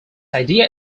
idea